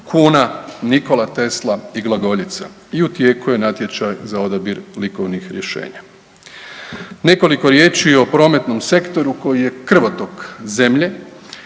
kuna, Nikola Tesla i glagoljica i u tijeku je natječaj za odabir likovnih rješenja. Nekoliko riječi o prometnom sektoru koji je krvotok zemlje